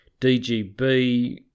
DGB